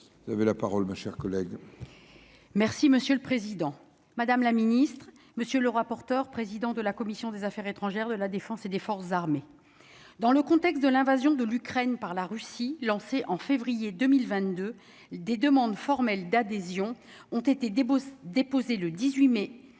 vous avez la parole, ma chère collègue. Merci monsieur le président, madame la ministre, monsieur le rapporteur, président de la commission des Affaires étrangères de la Défense et des forces armées dans le contexte de l'invasion de l'Ukraine par la Russie, lancée en février 2022 des demande formelle d'adhésion ont été Débo, déposé le 18 mai